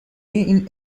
این